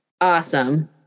Awesome